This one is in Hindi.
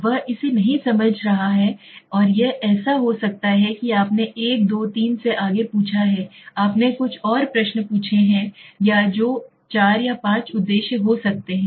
वह इसे नहीं समझ रहा है या यह ऐसा हो सकता है कि आपने 1 2 3 से आगे पूछा है आपने कुछ और प्रश्न पूछे हैं जो 4 या 5 उद्देश्य हो सकते हैं